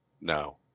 No